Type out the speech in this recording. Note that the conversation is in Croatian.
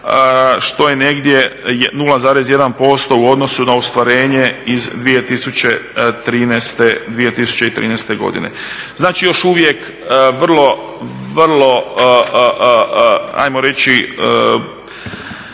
što je negdje 0,1% u odnosu na ostvarenje iz 2013. godine. Znači, još uvijek vrlo hajmo reći